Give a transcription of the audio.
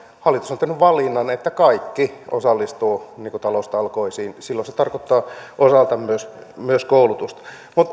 hallitus on tehnyt valinnan että kaikki osallistuvat taloustalkoisiin silloin se tarkoittaa osaltaan myös koulutusta